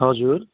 हजुर